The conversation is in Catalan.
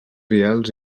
vials